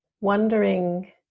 wondering